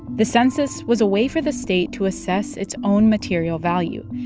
the census was a way for the state to assess its own material value.